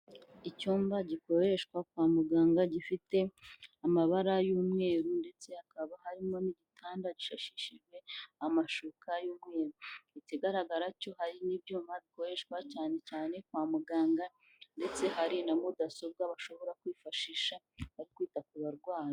Icyumba gikoreshwa kwa muganga gifite amabara y'umweru ndetse hakaba harimo n'igitanda gisashishijwe amashuka y'umweru, ikigaragara cyo hari n'ibyuma bikoreshwa cyane cyane kwa muganga, ndetse hari na mudasobwa bashobora kwifashisha mu kwita ku barwayi.